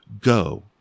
Go